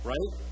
Right